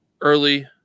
early